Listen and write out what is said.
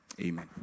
Amen